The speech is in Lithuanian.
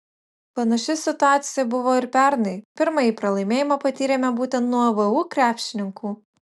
panaši situacija buvo ir pernai pirmąjį pralaimėjimą patyrėme būtent nuo vu krepšininkų